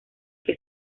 que